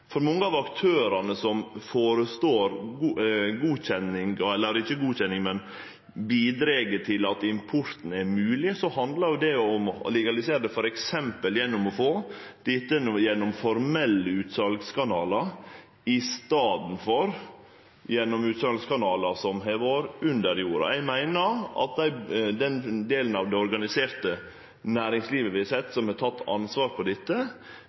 For mange av aktørane som bidreg til at importen er mogleg, handlar det om å legalisere det og f.eks. gjennom å få formelle utsalskanalar i staden for utsalskanalar som har operert under jorda. Eg meiner at den delen av det organiserte næringslivet vi har sett har teke ansvar for dette,